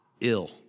ill